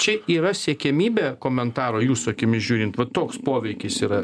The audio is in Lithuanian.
čia yra siekiamybė komentaro jūsų akimis žiūrint toks poveikis yra